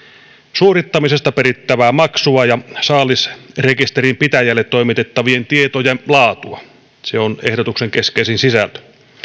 suorittamisesta perittävää maksua ja saalisrekisterin pitäjälle toimitettavien tietojen laatua se on ehdotuksen keskeisin sisältö